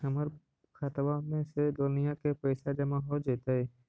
हमर खातबा में से लोनिया के पैसा जामा हो जैतय?